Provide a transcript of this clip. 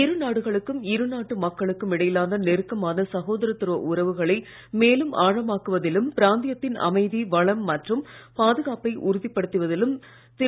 இரு நாடுகளுக்கும் இரு நாட்டு மக்களுக்கும் இடையிலான நெருக்கமான சகோதரத்துவ உறவுகளை மேலும் ஆழமாக்குவதிலும் பிராந்தியத்தின் அமைதி வளம் மற்றும் பாதுகாப்பை உறுதிப்படுத்துவதிலும் திரு